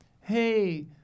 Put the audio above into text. hey